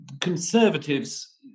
conservatives